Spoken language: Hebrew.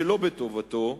שלא בטובתו,